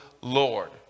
Lord